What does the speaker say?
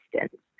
distance